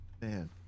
Man